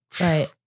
Right